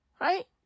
Right